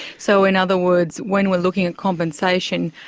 so in other words, when we're looking at compensation,